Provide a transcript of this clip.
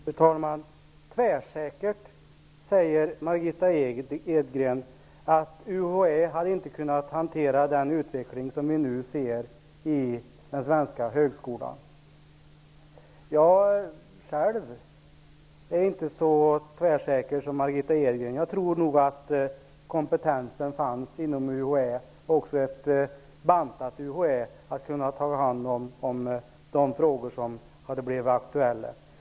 Fru talman! Tvärsäkert säger Margitta Edgren att UHÄ inte hade kunnat hantera den utveckling som vi nu ser i den svenska högskolan. Själv är jag inte så tvärsäker som Margitta Edgren. Jag tror nog att kompetensen fanns inom UHÄ och att också ett bantat UHÄ hade kunnat ta hand om de frågor som hade blivit aktuella.